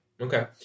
Okay